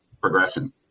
progression